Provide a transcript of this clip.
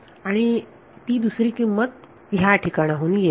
आणि ती दुसरी किंमत या ठिकाणाहून येत आहे